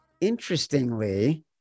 interestingly